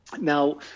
now